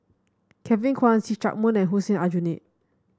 Kevin Kwan See Chak Mun and Hussein Aljunied